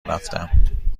رفتم